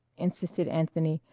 insisted anthony,